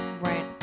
Right